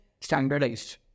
standardized